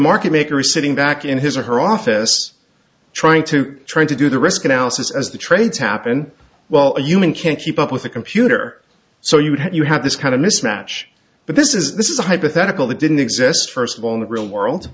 market maker is sitting back in his or her office trying to trying to do the risk analysis as the trades happen well a human can't keep up with a computer so you have you have this kind of mismatch but this is this is a hypothetical that didn't exist first of all in the real world